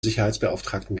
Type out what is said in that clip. sicherheitsbeauftragten